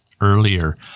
earlier